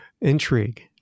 intrigue